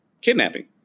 kidnapping